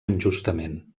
injustament